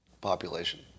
population